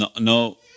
no